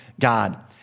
God